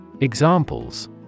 Examples